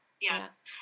Yes